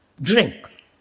drink